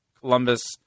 Columbus